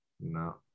No